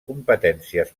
competències